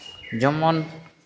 ᱡᱮᱢᱚᱱ